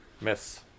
Miss